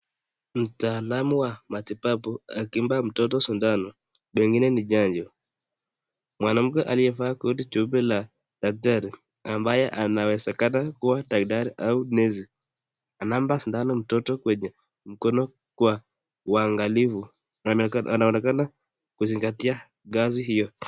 Mtaalam wa matibabu akimpa mtoto sidano pengine ni chanjo , mwanamke aliyevaa koti jeupe la daktari ambaye anawezekana kuwa daktari au nasi anampa sidano mtoto kwenye mkono kwa uangalifu, anaonekana kuzingatia kazi hiyo.